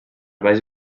baix